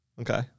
Okay